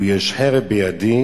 לו יש חרב בידי